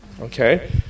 Okay